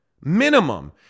minimum